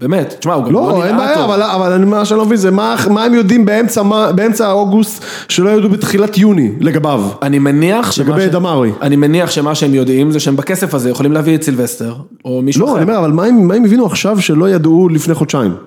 ‫באמת, תשמע, הוא גם לא נראה טוב. ‫-לא, אין בעיה, אבל מה שאני לא מבין, ‫מה הם יודעים באמצע אוגוסט ‫שלא ידעו בתחילת יוני לגביו? ‫אני מניח... ‫-לגבי דמרי. ‫אני מניח שמה שהם יודעים ‫זה שהם בכסף הזה ‫יכולים להביא את סילבסטר או מישהו אחר. ‫-לא, אני אומר, ‫אבל מה הם הבינו עכשיו ‫שלא ידעו לפני חודשיים?